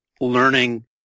Learning